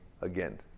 again